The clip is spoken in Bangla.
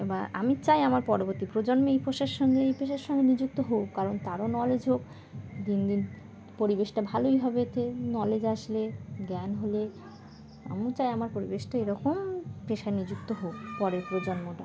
এবার আমি চাই আমার পরবর্তী প্রজন্মে এই পেশার সঙ্গে এই পেশার সঙ্গে নিযুক্ত হোক কারণ তারও নলেজ হোক দিন দিন পরিবেশটা ভালোই হবে নলেজ আসলে জ্ঞান হলে আমি চাই আমার পরিবেশটা এরকম পেশায় নিযুক্ত হোক পরের প্রজন্মটা